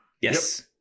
Yes